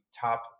top